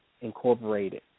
Incorporated